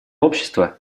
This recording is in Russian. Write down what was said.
общество